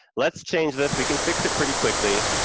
let's change this, we can fix it pretty quickly,